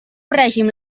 règim